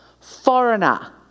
foreigner